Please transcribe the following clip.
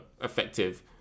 effective